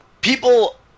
People